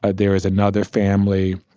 ah there is another family,